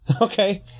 Okay